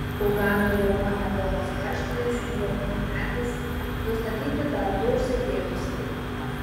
ugandoje nuo ebolos karštinės mirė penkiametis nustatyti dar du užsikrėtusieji